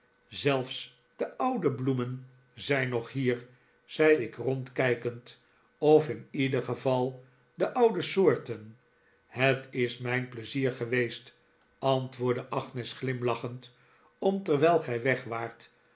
zelfs de oude bloemen zijn nog hier zei ik rondkijkend of in ieder geval de oude soorten het is mijn pleizier geweest antwoordde agnes glimlachend om terwijl gij weg waart